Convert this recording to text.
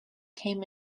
came